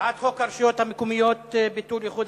הצעת חוק הרשויות המקומיות (ביטול איחוד